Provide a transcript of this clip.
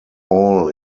all